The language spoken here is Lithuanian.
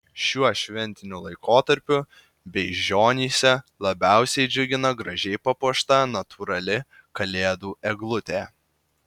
šiuo šventiniu laikotarpiu beižionyse labiausiai džiugina gražiai papuošta natūrali kalėdų eglutė